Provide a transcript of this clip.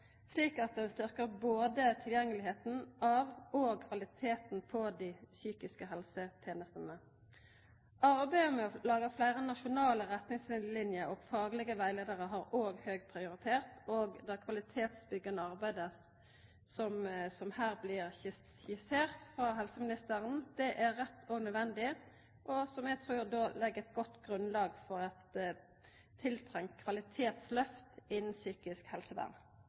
slik at ein styrkjer både tilgjenge til og kvaliteten på dei psykiske helsetenestene. Arbeidet med å laga fleire nasjonale retningslinjer og faglege rettleiarar har òg høg prioritet. Det kvalitetsbyggjande arbeidet som her blir skissert frå helseministeren, er rett og nødvendig, og eg trur at det legg eit godt grunnlag for eit tiltrengt kvalitetslyft innan psykisk helsevern.